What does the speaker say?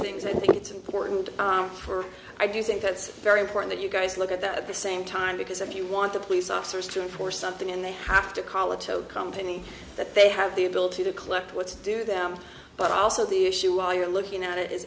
things i think it's important for i do think that's very important you guys look at that at the same time because if you want the police officers to enforce something and they have to college so company that they have the ability to collect what's due them but also the issue while you're looking at it i